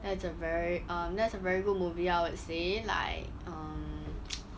that's a very uh that's a very good movie I would say like um